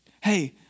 hey